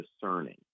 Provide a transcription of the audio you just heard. discerning